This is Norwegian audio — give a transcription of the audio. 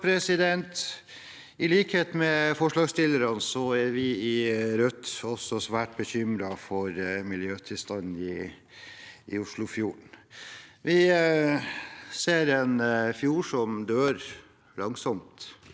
I likhet med forslags- stillerne er vi i Rødt også svært bekymret for miljøtilstanden i Oslofjorden. Vi ser en fjord som dør langsomt